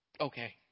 okay